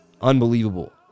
Unbelievable